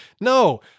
No